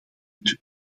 manier